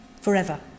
forever